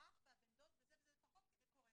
תרחיבו את זה לפחות לחינוך המיוחד.